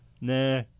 Nah